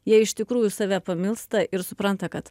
jie iš tikrųjų save pamilsta ir supranta kad